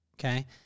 okay